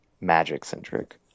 magic-centric